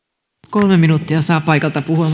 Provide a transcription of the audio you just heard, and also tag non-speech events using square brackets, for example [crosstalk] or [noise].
kolme minuuttia saa paikalta puhua [unintelligible]